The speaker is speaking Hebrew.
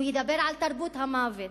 הוא ידבר על תרבות המוות,